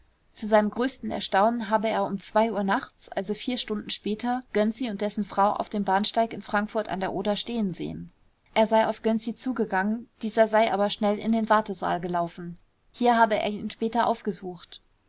zu seinem größten erstaunen habe er um uhr nachts also vier stunden später gönczi und dessen frau auf dem bahnsteig in frankfurt a o stehen sehen er sei auf gönczi zugegangen dieser sei aber schnell in den wartesaal gelaufen hier habe er ihn später aufgesucht